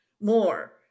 more